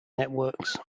networks